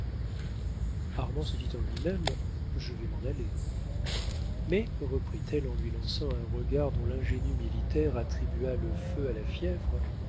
armand se dit en lui-même je vais m'en aller mais reprit-elle en lui lançant un regard dont l'ingénu militaire attribua le feu à la fièvre